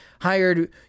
hired